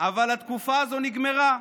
אבל התקופה הזאת נגמרה,